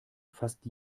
fast